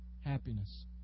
happiness